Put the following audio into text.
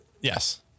Yes